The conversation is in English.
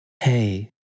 hey